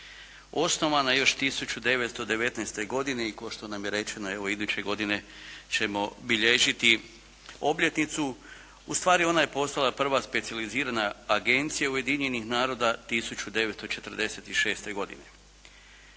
osnovana još 1919. godine i kao što nam je rečeno, evo iduće godine ćemo bilježiti obljetnicu. Ustvari ona je postala prva specijalizirana agencija Ujedinjenih naroda 1946. godine.